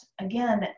again